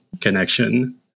connection